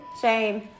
Shame